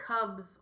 Cubs